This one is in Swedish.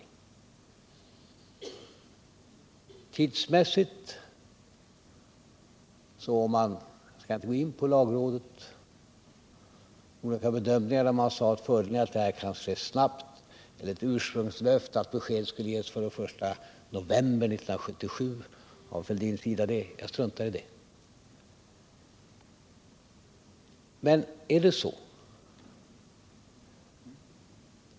Jag skall inte gå in på lagrådets olika bedömningar, där man sade att fördelen är att det här kan ske snabbt. Ett ursprungslöfte av Fälldin var att ett besked skulle ges före den I november 1977 — det struntar jag emellertid i.